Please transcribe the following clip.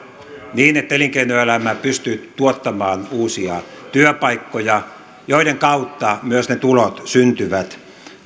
niin että elinkeinoelämä pystyy tuottamaan uusia työpaikkoja joiden kautta myös ne tulot syntyvät